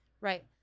Right